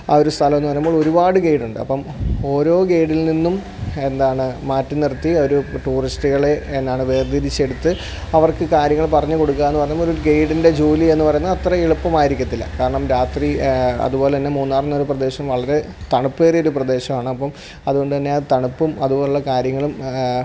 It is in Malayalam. ആ ഒരു സ്ഥലമെന്നു പറയുമ്പോൾ ഒരുപാട് ഗൈഡുണ്ട് അപ്പം ഓരോ ഗൈഡിൽ നിന്നും എന്താണ് മാറ്റി നിർത്തി ഒരു ടൂറിസ്റ്റുകളെ എന്താണ് വേർതിരിച്ചെടുത്ത് അവർക്കു കാര്യങ്ങൾ പറഞ്ഞു കൊടുക്കാനും അതുമൊരു ഗൈഡിന്റെ ജോലിയെന്നു പറയുന്നത് അത്ര എളുപ്പമായിരിക്കത്തില്ല കാരണം രാത്രി അതുപോലെ തന്നെ മൂന്നാറിൽ നിന്ന് പറഞ്ഞ പ്രദേശം വളരെ തണുപ്പേറിയൊരു പ്രദേശമാണ് അപ്പം അതുകൊണ്ടു തന്നെ ആ തണുപ്പും അതുപോലെയുളള കാര്യങ്ങളും